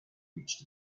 reached